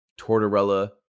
Tortorella